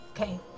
Okay